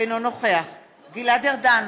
אינו נוכח גלעד ארדן,